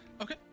Okay